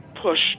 Push